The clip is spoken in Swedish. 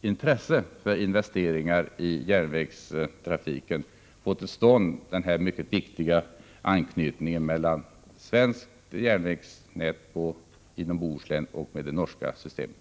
intresse för investeringar i järnvägstrafiken, verkligen få till stånd denna nödvändiga anknytning mellan svenskt järnvägsnät inom Bohuslän och det norska systemet.